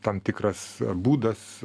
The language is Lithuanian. tam tikras būdas